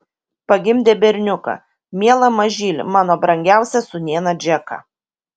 pagimdė berniuką mielą mažylį mano brangiausią sūnėną džeką